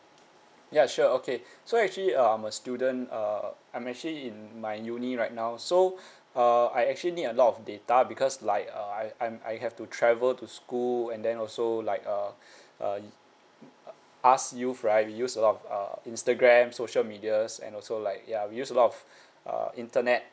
ya sure okay so actually uh I'm a student uh I'm actually in my uni~ right now so uh I actually need a lot of data because like uh I I'm I have to travel to school and then also like uh uh us youth right we use a lot of err instagram social medias and also like ya we use a lot of uh internet